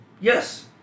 Yes